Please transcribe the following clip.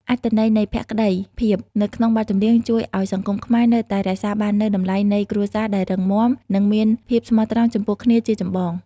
អត្ថន័យនៃ "ភក្តីភាព" នៅក្នុងបទចម្រៀង ជួយឱ្យសង្គមខ្មែរនៅតែរក្សាបាននូវតម្លៃនៃគ្រួសារដែលរឹងមាំ និងមានភាពស្មោះត្រង់ចំពោះគ្នាជាចម្បង។